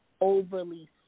overly